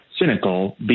cynical